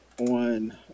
On